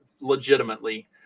legitimately